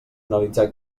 analitzar